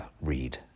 read